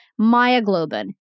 myoglobin